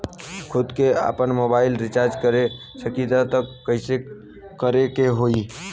खुद से आपनमोबाइल रीचार्ज कर सकिले त कइसे करे के होई?